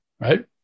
right